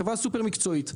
חברה סופר מקצועית,